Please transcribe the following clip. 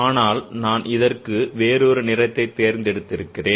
அதனால் நான் இதற்கு வேறொரு நிறத்தை தேர்ந்தெடுக்கிறேன்